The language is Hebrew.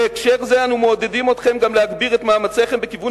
בהקשר זה אנו מעודדים אתכם גם להגביר את מאמציכם בכיוון